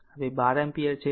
હવે આ 12 એમ્પીયર છે